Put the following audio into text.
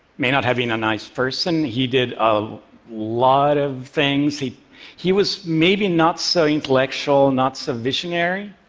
may not have been a nice person, he did a lot of things he he was maybe not so intellectual, not so visionary.